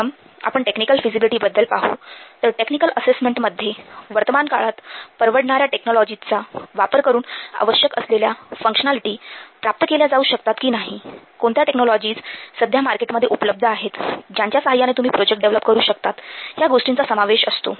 प्रथम आपण टेक्निकल फिजिबिलिटीबद्दल पाहू तर टेक्निकल असेसमेंटमध्ये वर्तमान काळात परवडणाऱ्या टेक्नॉलॉजीजचा वापर करून आवश्यक असलेल्या फंक्शनालिटी प्राप्त केल्या जाऊ शकतात की नाही कोणत्या टेक्नॉलॉजीज सध्या मार्केटमध्ये उपलब्ध आहेत ज्यांच्या साहाय्याने तुम्ही प्रोजेक्ट डेव्हलप करू शकतात ह्या गोष्टींचा समावेश असतो